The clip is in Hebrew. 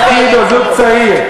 יחיד או זוג צעיר,